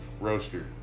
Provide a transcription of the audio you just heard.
roaster